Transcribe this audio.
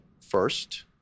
first